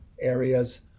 areas